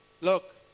look